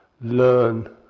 learn